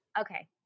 okay